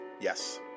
yes